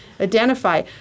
identify